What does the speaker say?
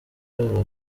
barahawe